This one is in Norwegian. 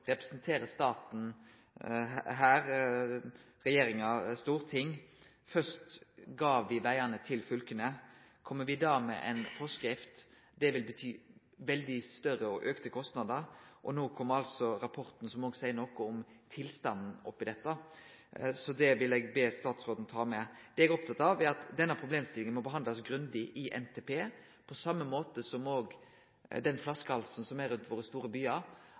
vil bety større og auka kostnader, og no kjem altså rapporten som seier noko om tilstanden her. Det vil eg be statsråden ta med. Det eg er opptatt av, er at denne problemstillinga må bli behandla grundig i NTP, på same måte som flaskehalsane rundt våre store byar. Lukkast me med det som er måla våre,